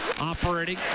operating